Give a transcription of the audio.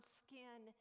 skin